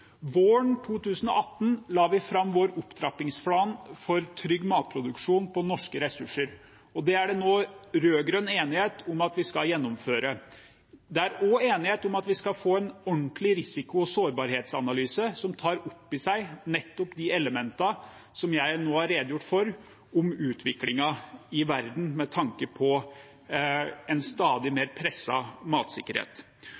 Våren 2018 la vi fram vår opptrappingsplan for trygg matproduksjon på norske ressurser, og det er det nå rød-grønn enighet om at vi skal gjennomføre. Det er også enighet om at vi skal få en ordentlig risiko- og sårbarhetsanalyse som tar opp i seg nettopp de elementene som jeg nå har redegjort for, om utviklingen i verden med tanke på en stadig